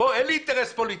אין לי אינטרס פוליטי,